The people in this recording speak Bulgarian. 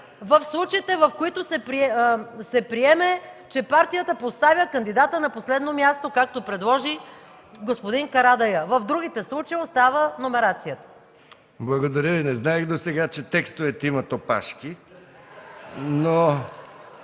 В случаите, в които се приеме, че партията поставя кандидата на последно място, както предложи господин Карадайъ, в другите случаи остава номерацията. ПРЕДСЕДАТЕЛ МИХАИЛ МИКОВ: Благодаря Ви. Не знаех досега, че текстовете имат опашки (смях